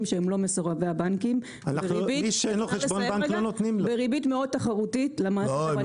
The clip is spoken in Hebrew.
שהם לא מסורבי הבנקים בריבית מאוד תחרותית למערכת הבנקאית.